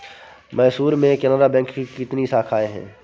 मैसूर में केनरा बैंक की कितनी शाखाएँ है?